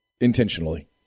intentionally